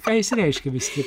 ką jis reiškia vis tik